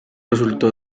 resultó